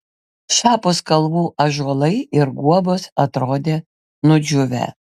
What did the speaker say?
šiapus kalvų ąžuolai ir guobos atrodė nudžiūvę